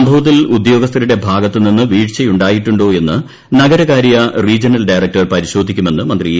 സംഭവത്തിൽ ഉദ്യോഗസ്ഥരുടെ ഭാഗത്തു നിന്ന് വീഴ്ചയുണ്ടായിട്ടുണ്ടോ എന്ന് നഗരകാര്യ റീജണൽ ഡയറക്ടർ പരിശോധിക്കുമെന്ന് മന്ത്രി എ